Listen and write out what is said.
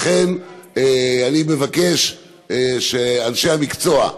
לכן אני מבקש שאנשי המקצוע,